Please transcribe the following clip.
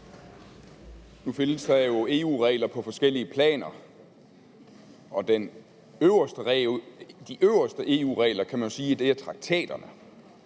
Nu findes der jo EU-regler på forskellige planer; de øverste EU-regler kan man jo sige er traktaterne.